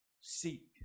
Seek